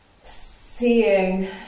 seeing